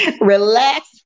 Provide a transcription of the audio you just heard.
Relax